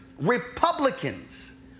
Republicans